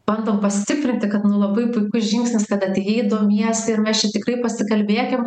bandom pastiprinti kad nu labai puikus žingsnis kad atėjai domiesi ir mes čia tikrai pasikalbėkim